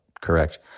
correct